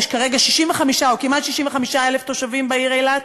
יש כרגע כמעט 65,000 תושבים בעיר אילת,